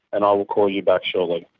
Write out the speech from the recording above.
and i will call you back shortly.